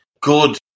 good